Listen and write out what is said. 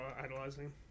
idolizing